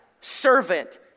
Servant